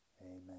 amen